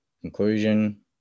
conclusion